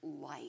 light